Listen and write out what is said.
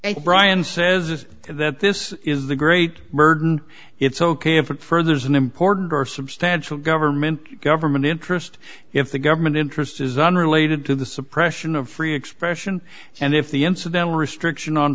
political brian says that this is the great burden it's ok if it furthers an important or substantial government government interest if the government interest is unrelated to the suppression of free expression and if the incidental restriction on